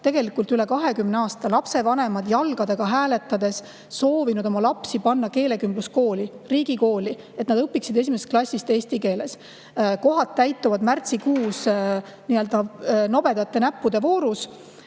tegelikult üle 20 aasta, lapsevanemad jalgadega hääletades soovinud oma lapsi panna keelekümbluskooli, riigikooli, et nad õpiksid esimesest klassist alates eesti keeles. Kohad täituvad märtsikuus nii-öelda nobedate näppude voorus.